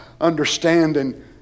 understanding